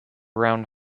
round